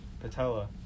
patella